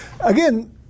Again